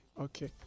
okay